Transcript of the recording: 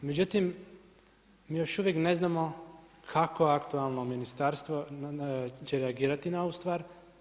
Međutim, mi još uvijek ne znamo kako aktualno ministarstvo će reagirati na ovu stvar.